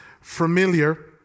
Familiar